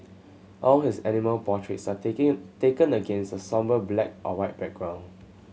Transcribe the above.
all his animal portraits are taken taken against a sombre black or white background